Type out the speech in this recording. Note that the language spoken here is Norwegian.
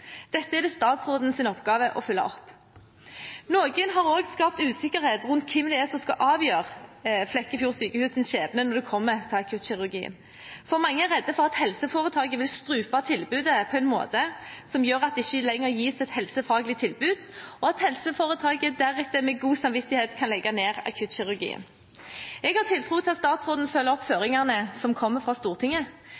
Dette er det statsrådens oppgave å følge opp. Noen har også skapt usikkerhet om hvem som skal avgjøre Flekkefjord sykehus’ skjebne når det kommer til akuttkirurgien. Mange er redde for at helseforetaket vil strupe tilbudet på en måte som gjør at det ikke lenger gis et helsefaglig tilbud, og at helseforetaket deretter med god samvittighet kan legge ned akuttkirurgien. Jeg har tiltro til at statsråden følger opp